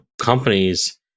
companies